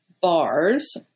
bars